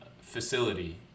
facility